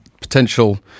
potential